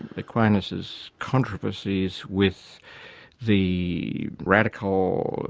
aquinas's controversies with the radical,